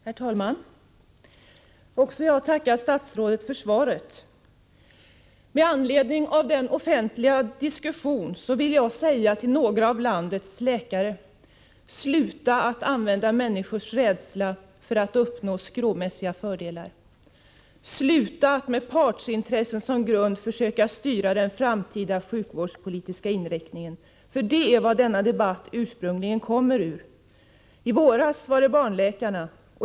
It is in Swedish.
Herr talman! Också jag tackar statsrådet för svaret. Med anledning av den offentliga diskussionen vill jag säga till några av landets läkare: Sluta att använda människors rädsla för att uppnå skråmässiga fördelar! Sluta att med partsintressen som grund försöka styra den framtida sjukvårdspolitiska inriktningen — för det är vad som ursprungligen förorsakade denna debatt. I våras gällde det barnläkarna.